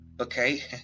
okay